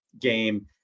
game